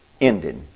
ended